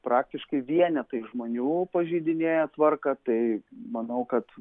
praktiškai vienetai žmonių pažeidinėja tvarką tai manau kad